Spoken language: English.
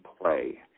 play